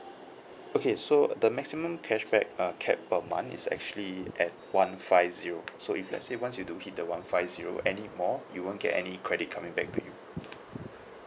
okay so the maximum cashback uh capped per month is actually at one five zero so if let's say once you do hit the one five zero anymore you won't get any credit coming back to you